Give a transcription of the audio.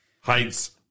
heights